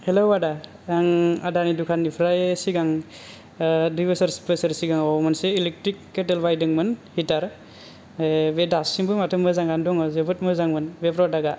हेल' आदा आं आदानि दुखाननिफ्राय सिगां दुइ बोसोर बोसोर सिगाङाव मोनसे इलिकट्रिक केटेल बायदोंमोन हिटार बे दासिमबो माथो मोजाङानो दङ जोबोथ मोजांमोन बे प्रडाक्टआ